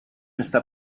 está